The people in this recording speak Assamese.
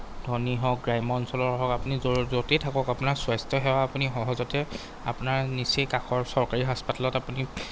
ধনী হওক গ্ৰাম্য অঞ্চলৰ হওক আপুনি য'ৰ য'তে থাকক আপোনাৰ স্বাস্থ্য সেৱা আপুনি সহজতে আপোনাৰ নিচেই কাষৰ চৰকাৰী হাস্পাতালত আপুনি